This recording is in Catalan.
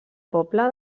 poble